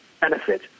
benefit